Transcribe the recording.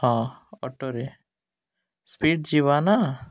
ହଁ ଅଟୋରେ ସ୍ପିଡ଼୍ ଯିବ ନା